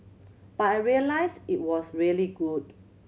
but I realised it was really good